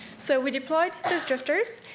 so we deployed this drifters,